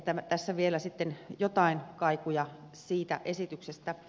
ehkä tässä vielä sitten joitain kaikuja siitä esityksestä on